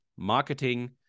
Marketing